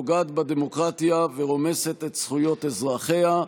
פוגעת בדמוקרטיה ורומסת את זכויות אזרחיה.